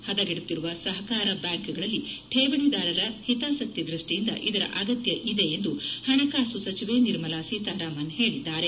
ಹದಗೆಡುತ್ತಿರುವ ಸಹಕಾರ ಬ್ಯಾಂಕ್ಗಳಲ್ಲಿ ಕೇವಣಿದಾರರ ಹಿತಾಸಕ್ತಿ ದ್ಯಷ್ಟಿಯಿಂದ ಇದರ ಅಗತ್ಡ ಇದೆ ಎಂದು ಪಣಕಾಸು ಸಚಿವೆ ನಿರ್ಮಲಾ ಸೀತಾರಾಮನ್ ಹೇಳಿದರು